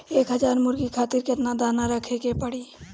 एक हज़ार मुर्गी खातिर केतना दाना रखे के पड़ी?